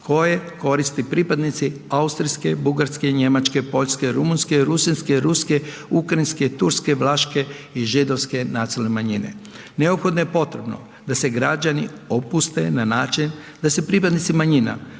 koje koristi pripadnici austrijske, bugarske, njemačke, poljske, rumunjske, rusinske, ruske, ukrajinske, turske, vlaške i židovske nacionalne manjine. Neophodno je potrebno da se građani opuste na način da se pripadnici manjina